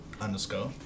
underscore